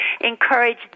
encourage